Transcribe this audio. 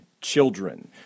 children